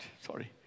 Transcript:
Sorry